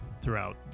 throughout